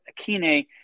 Akine